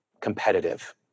competitive